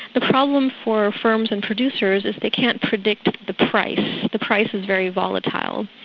the problem for firms and producers, if they can't predict the price, the price is very volatile,